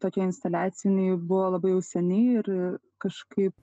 tokie instaliaciniai buvo labai jau seniai ir kažkaip